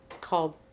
called